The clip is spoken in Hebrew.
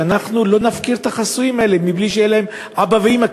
שאנחנו לא נפקיר את החסויים האלה מבלי שיהיו להם אבא ואימא,